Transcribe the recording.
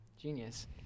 Genius